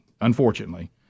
unfortunately